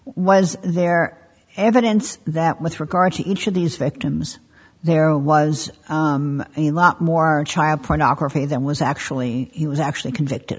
was there evidence that with regard to each of these victims there was a lot more child pornography than was actually he was actually convicted